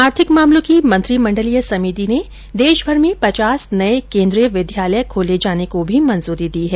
आर्थिक मामलों की मंत्रिमंडलीय समिति ने देशभर में पचास नये केंद्रीय विद्यालय खोले जाने को भी मंजूरी दी है